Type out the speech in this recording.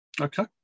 Okay